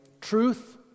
truth